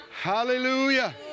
Hallelujah